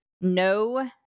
no